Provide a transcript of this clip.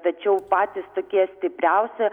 tačiau patys tokie stipriausi